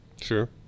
Sure